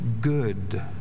good